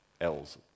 L's